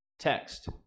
text